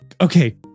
Okay